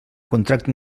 contracte